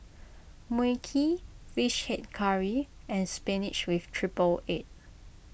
Mui Kee Fish Head Curry and Spinach with Triple Egg